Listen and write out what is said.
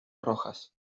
rojas